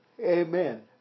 Amen